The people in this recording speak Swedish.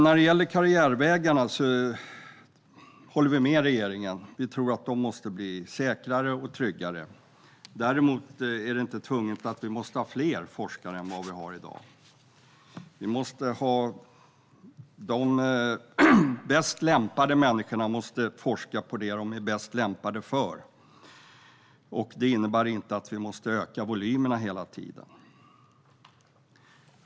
När det gäller karriärvägarna håller vi med om att de måste bli säkrare och tryggare. Däremot måste forskarna inte tvunget bli fler än i dag. De bäst lämpade människorna måste forska på det de är bäst lämpade för. Det innebär inte att vi måste öka volymerna hela tiden.